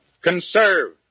conserve